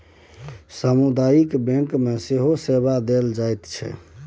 सामुदायिक बैंक मे सेहो सेवा देल जाइत छै